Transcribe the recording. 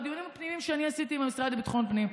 בדיונים הפנימיים שאני עשיתי עם המשרד לביטחון פנים.